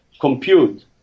compute